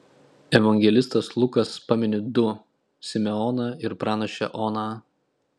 evangelistas lukas pamini du simeoną ir pranašę oną